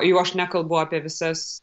jau aš nekalbu apie visas